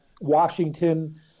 Washington